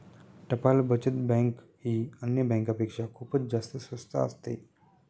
टपाल बचत बँक ही अन्य बँकांपेक्षा खूपच जास्त स्वस्त असते